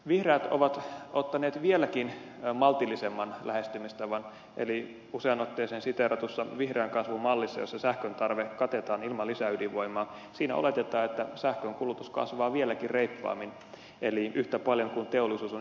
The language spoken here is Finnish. vihreät ovat ottaneet vieläkin maltillisemman lähestymistavan eli useaan otteeseen siteeratussa vihreän kasvun mallissa jossa sähkön tarve katetaan ilman lisäydinvoimaa oletetaan että sähkön kulutus kasvaa vieläkin reippaammin eli yhtä paljon kuin teollisuus on itse esittänyt